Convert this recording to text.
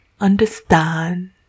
understand